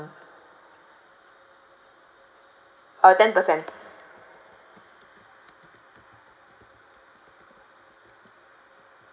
uh ten percent